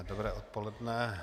Dobré odpoledne.